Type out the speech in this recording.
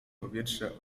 powietrze